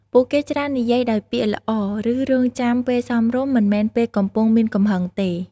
ពួកគេច្រើននិយាយដោយពាក្យល្អ ឬរង់ចាំពេលសមរម្យ មិនមែនពេលកំពុងមានកំហឹងទេ។